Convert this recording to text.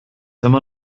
immer